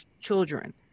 children